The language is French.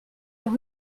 leur